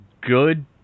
good